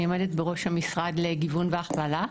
אני עומדת בראש המשרד לגיוון והכוונה,